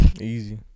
Easy